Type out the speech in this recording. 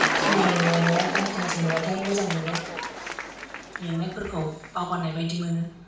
खामानि मावनायाव गान खोनासंब्लाथाय मोजां मोनो मेंनायफोरखौ बावगारनायबायदि मोनो